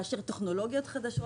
לאשר טכנולוגיות חדשות